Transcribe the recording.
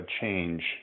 change